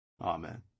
Amen